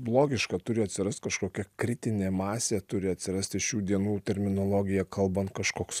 logiška turi atsirast kažkokia kritinė masė turi atsirasti šių dienų terminologija kalbant kažkoks